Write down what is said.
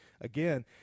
again